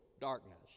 darkness